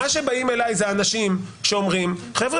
מי שבאים אלי אלה אנשים שאומרים: חבר'ה,